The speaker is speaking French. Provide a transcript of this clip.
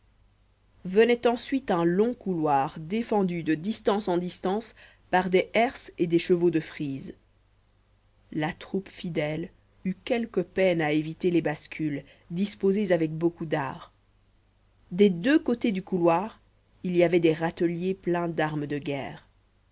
venait ensuite un long couloir défendu de distance en distance par des herses et des chevaux de frise la troupe fidèle eut quelque peine à éviter les bascules disposées avec beaucoup d'art des deux côtés du couloir il y avait des râteliers pleins d'armes de guerre